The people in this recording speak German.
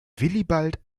willibald